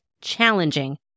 challenging